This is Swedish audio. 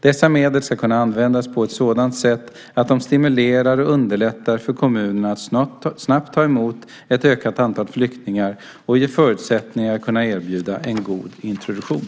Dessa medel ska kunna användas på ett sådant sätt att de stimulerar och underlättar för kommunerna att snabbt ta emot ett ökat antal flyktingar och ge förutsättningar att kunna erbjuda en god introduktion.